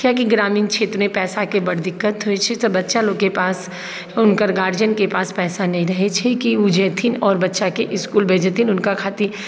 कियाकि ग्रामीण क्षेत्रमे पइसाके बड्ड दिक्कत होइ छै तऽ बच्चा लोकके पास हुनकर गार्जनके पास पइसा नहि रहै छै कि ओ जे देथिन आओर बच्चाके इसकुल भेजथिन हुनका खातिर